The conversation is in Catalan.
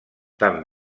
tan